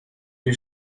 توی